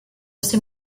ces